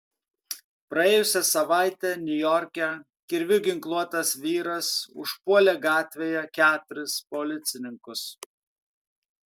praėjusią savaitę niujorke kirviu ginkluotas vyras užpuolė gatvėje keturis policininkus